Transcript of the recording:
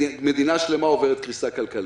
מדינה שלמה עוברת קריסה כלכלית,